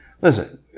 listen